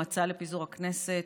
או ההצעה לפיזור הכנסת,